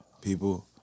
people